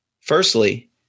Firstly